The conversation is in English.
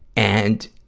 and,